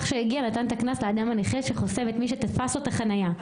שהגיע נתן את הקנס לאדם הנכה שחסם את מי שתפס לו את החניה.